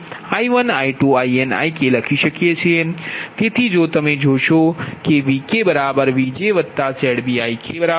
તેથી જો તમે જોશો કે VkVjZbIk બરાબર છે